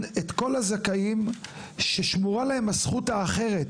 את כל הזכאים ששמורה להם הזכות האחרת,